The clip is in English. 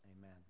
amen